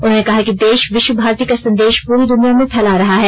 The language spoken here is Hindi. उन्होंने कहा कि देश विश्वभारती का संदेश पूरी दृनिया में फैला रहा है